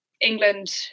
England